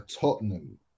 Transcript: Tottenham